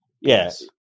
Yes